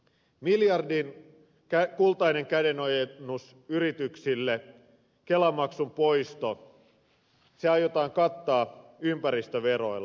miljardin kultainen kädenojennus yrityksille kelamaksun poisto aiotaan kattaa ympäristöveroilla